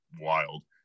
wild